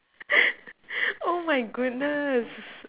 oh my goodness